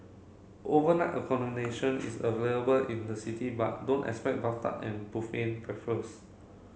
overnight accommodation is available in the city but don't expect bathtub and buffet breakfasts